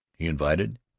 he invited.